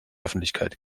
öffentlichkeit